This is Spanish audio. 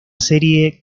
serie